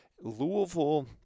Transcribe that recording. Louisville